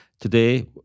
Today